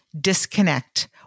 disconnect